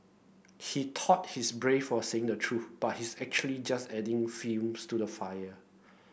he thought he's brave for saying the truth but he's actually just adding fuel to the fire